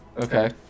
Okay